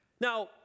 Now